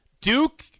Duke